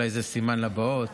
אולי זה סימן לבאות,